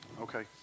Okay